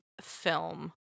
film